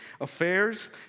affairs